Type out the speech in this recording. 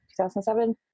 2007